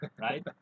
right